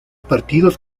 partidos